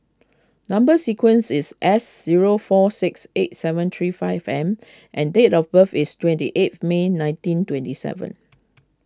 Number Sequence is S zero four six eight seven three five M and date of birth is twenty eighth May nineteen twenty seven